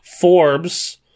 Forbes